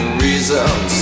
reasons